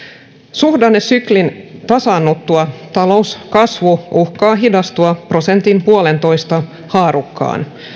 suhdannesyklin tasaannuttua talouskasvu uhkaa hidastua prosentin puolentoista haarukkaan